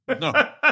no